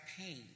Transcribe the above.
pain